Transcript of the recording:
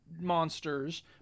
Monsters